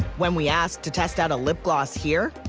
when we ask to test out a lip gloss here,